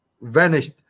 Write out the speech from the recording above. vanished